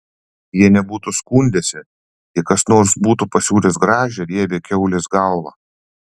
jie nebūtų skundęsi jei kas nors būtų pasiūlęs gražią riebią kiaulės galvą